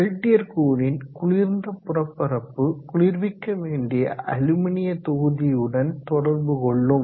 Peltier கூறின் குளிர்ந்த புறப்பரப்பு குளிர்விக்க வேண்டிய அலுமினிய தொகுதியுடன் தொடர்பு கொள்ளும்